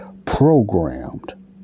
programmed